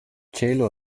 cielo